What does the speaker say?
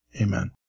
Amen